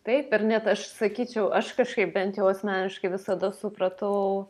taip ir net aš sakyčiau aš kažkaip bent jau asmeniškai visada supratau